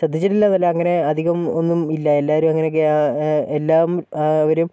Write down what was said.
ശ്രദ്ധിച്ചിട്ടില്ല എന്നല്ല അങ്ങനെ അധികം ഒന്നും ഇല്ല എല്ലാവരും അങ്ങനെക്കെ എല്ലാം അവരും